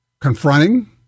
Confronting